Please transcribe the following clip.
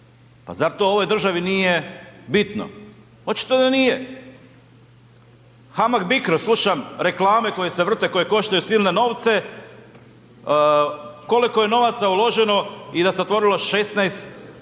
Pa zar to ovoj državi nije bitno? Očito da nije. HAMAG-BICRO, slušam reklame koje se vrte, koje koštaju silne novce, koliko je novaca uloženo i da se otvorilo 16 tisuća